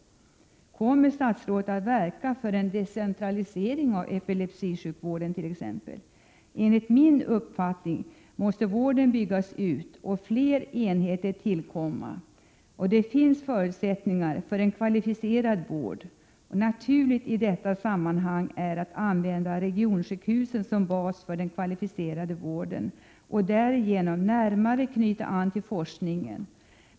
Kommer statsrådet att verka för en decentralisering av epilepsisjukvården? Enligt min uppfattning måste vården byggas ut och fler enheter tillkomma. Det finns förutsättningar för en kvalificerad vård. Naturligt i detta sammanhang är att använda regionsjukhusen som bas för den kvalificerade vården och därigenom närmare knyta den an till forskningen.